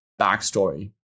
backstory